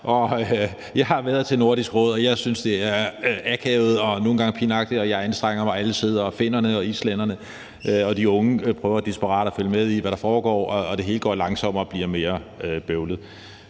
Jeg har været til Nordisk Råd, og jeg synes, det er akavet og nogle gange pinagtigt, og jeg anstrenger mig. Alle sidder der, bl.a. finnerne og islændingene, og de unge prøver desperat at følge med i, hvad der foregår, og det hele går langsommere og bliver mere bøvlet.